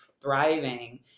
thriving